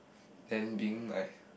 then being like